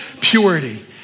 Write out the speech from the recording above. purity